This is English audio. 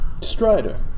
Strider